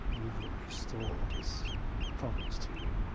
we will restore this province to you.